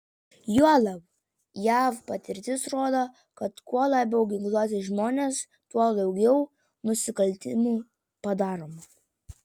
juolab jav patirtis rodo kad kuo labiau ginkluoti žmonės tuo daugiau nusikaltimų padaroma